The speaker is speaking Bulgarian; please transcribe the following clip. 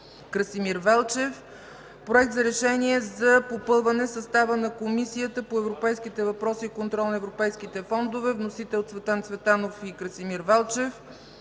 Красимир Велчев. Проект за решение за попълване състава на Комисията по европейските въпроси и контрол на европейските фондове. Вносители – Цветан Цветанов и Красимир Велчев.